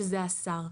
שזה השר.